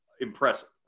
impressive